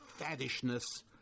faddishness